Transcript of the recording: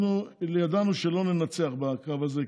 אנחנו ידענו שלא ננצח בקרב הזה,